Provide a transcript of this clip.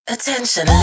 Attention